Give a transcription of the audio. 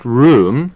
room